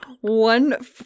One